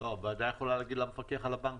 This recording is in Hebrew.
הוועדה יכולה להגיד למפקח על הבנקים.